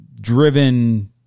driven